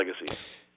legacy